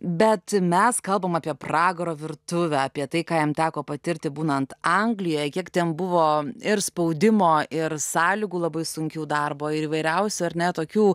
bet mes kalbam apie pragaro virtuvę apie tai ką jam teko patirti būnant anglijoj kiek ten buvo ir spaudimo ir sąlygų labai sunkių darbo ir įvairiausių ar ne tokių